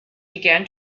began